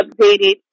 updated